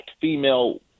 female